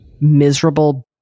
miserable